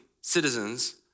citizens